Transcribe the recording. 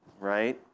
Right